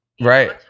right